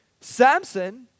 Samson